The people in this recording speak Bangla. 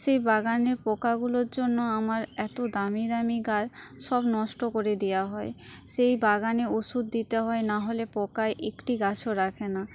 সে বাগানে পোকাগুলোর জন্য আমার এত দামি দামি গাছ সব নষ্ট করে দেওয়া হয় সেই বাগানে ওষুধ দিতে হয় নাহলে পোকায় একটি গাছও রাখে না